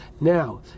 Now